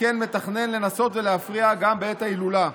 וכן מתכנן לנסות ולהפריע גם בעת ההילולה.